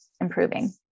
improving